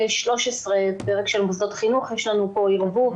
13, בפרק על מוסדות חינוך, יש לנו ערבוב.